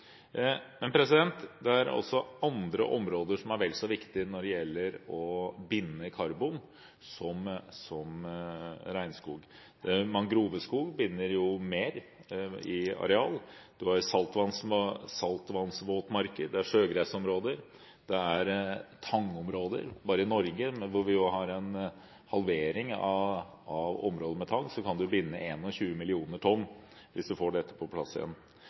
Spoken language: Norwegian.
Men det er andre områder som er vel så viktige som regnskog når det gjelder å binde karbon. Mangroveskog binder mer i areal. Det er saltvannsvåtmarker, det er sjøgressområder, og det er tangområder. Bare i Norge, hvor vi har en halvering av områder med tang, kan man binde 21 millioner tonn hvis vi får dette på plass igjen.